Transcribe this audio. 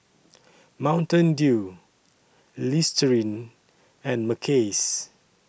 Mountain Dew Listerine and Mackays